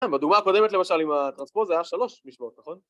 ‫כן, בדוגמה הקודמת למשל ‫עם הטרנספור זה היה שלוש משוואות, נכון?